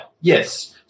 Yes